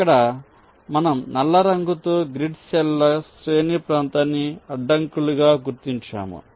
ఇక్కడ మనం నల్ల రంగు తో గ్రిడ్ సెల్ ల శ్రేణి ప్రాంతాన్ని అడ్డంకులుగా గుర్తించాము